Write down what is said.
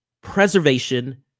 preservation